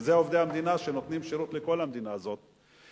שזה עובדי המדינה שנותנים שירות לכל המדינה הזאת,